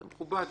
שיהיה מכובד,